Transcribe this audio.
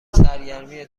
سرگرمی